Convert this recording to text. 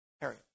Harry